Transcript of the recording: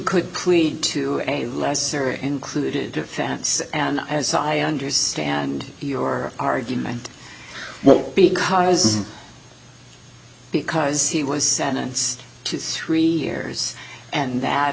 could plead to a lesser included defense and as i understand your argument well because because he was sentenced to three years and that